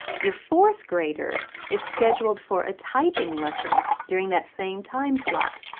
your fourth grader is scheduled for a typing lesson during that same time slot.